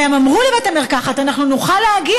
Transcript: והם אמרו לבית המרקחת: אנחנו נוכל להגיע,